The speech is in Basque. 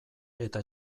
eta